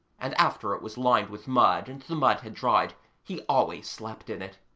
and after it was lined with mud and the mud had dried he always slept in it.